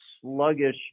sluggish